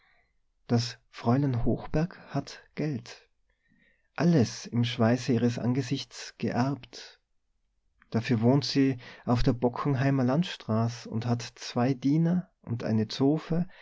das fräulein hochberg hat geld alles im schweiße ihres angesichts geerbt dafür wohnt se auf der bockenheimer landstraß und hat zwei diener und eine zofe